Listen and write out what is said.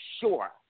sure